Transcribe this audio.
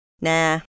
Nah